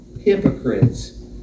Hypocrites